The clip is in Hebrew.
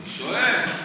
שואל.